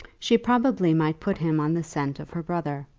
she probably might put him on the scent of her brother.